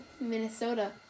Minnesota